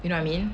you know I mean